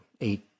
eight